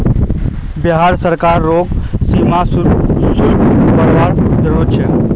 बिहार सरकार रोग सीमा शुल्क बरवार जरूरत छे